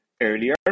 earlier